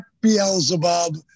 Beelzebub